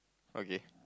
okay